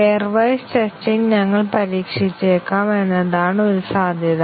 pair wise testing ഞങ്ങൾ പരീക്ഷിച്ചേക്കാം എന്നതാണ് ഒരു സാധ്യത